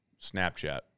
Snapchat